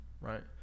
Right